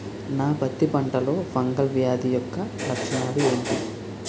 నా పత్తి పంటలో ఫంగల్ వ్యాధి యెక్క లక్షణాలు ఏంటి?